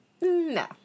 No